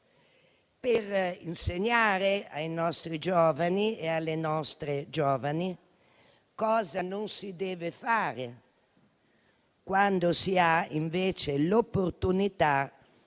per insegnare ai nostri giovani e alle nostre giovani cosa non si deve fare quando si ha, invece, l'opportunità di